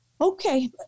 okay